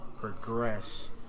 progress